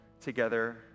together